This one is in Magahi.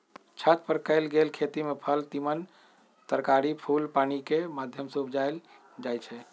छत पर कएल गेल खेती में फल तिमण तरकारी फूल पानिकेँ माध्यम से उपजायल जाइ छइ